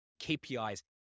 KPIs